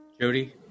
Jody